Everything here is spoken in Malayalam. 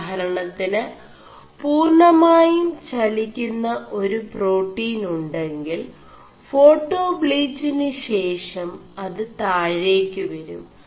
ഉദാഹരണøിന് പൂർമായും ചലി ുM ഒരു േ4പാƒീൻ ഉെ ിൽ േഫാേƒാീgിന്േശഷം അത് താേഴ ് വരും